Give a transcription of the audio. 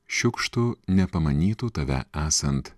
šiukštu nepamanytų tave esant